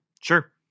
Sure